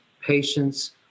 patients